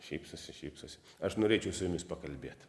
šypsosi šypsosi aš norėčiau su jumis pakalbėt